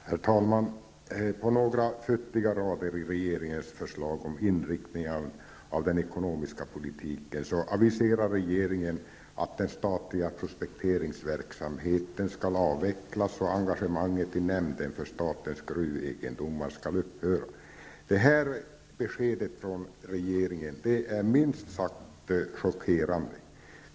Herr talman! På några futtiga rader i regeringens förslag om inriktning av den ekonomiska politiken aviserar regeringen att den statliga prospekteringsverksamheten skall avvecklas och engagemanget i nämnden för statens gruvegendomar skall upphöra. Det här beskedet från regeringen är minst sagt chockerande.